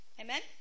Amen